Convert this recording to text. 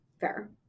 fair